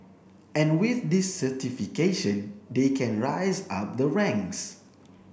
and with this certification they can rise up the ranks